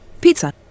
Pizza